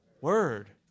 word